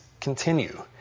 continue